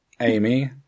Amy